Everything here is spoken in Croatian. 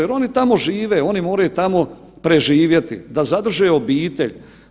Jer oni tamo žive, oni moraju tamo preživjeti da zadrže obitelj.